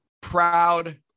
proud